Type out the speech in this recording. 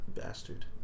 Bastard